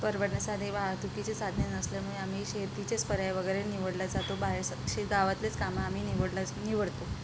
परवडण्यासारे वाहतुकीचे साधने नसल्यामुळे आम्ही शेतीचेच पर्याय वगैरे निवडल्या जातो बाहेर स असे गावातलेच कामं आम्ही निवडलाच निवडतो